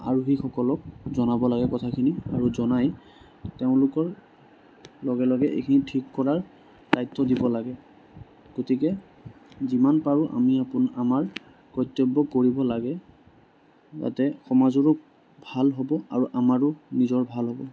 আৰোহীসকলক জনাব লাগে কথাখিনি আৰু জনাই তেওঁলোকক লগে লগে এইখিনি ঠিক কৰাৰ দায়িত্ব দিব লাগে গতিকে যিমান পাৰোঁ আমি আমাৰ কৰ্তব্য কৰিব লাগে যাতে সমাজৰো ভাল হ'ব আৰু আমাৰো নিজৰ ভাল হ'ব